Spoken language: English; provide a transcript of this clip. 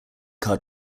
car